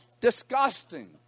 Disgusting